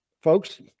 folks